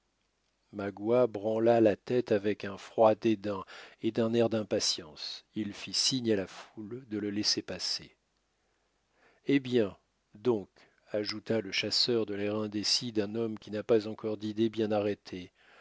magua branla la tête avec un froid dédain et d'un air d'impatience il fit signe à la foule de le laisser passer eh bien donc ajouta le chasseur de l'air indécis d'un homme qui n'a pas encore d'idées bien arrêtées